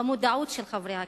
במודעות של חברי הכנסת.